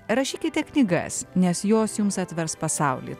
rašykite knygas nes jos jums atvers pasaulį